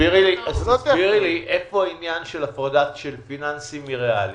תסבירי לי איפה העניין של הפרדה של פיננסי מריאלי.